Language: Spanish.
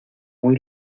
muy